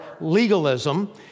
legalism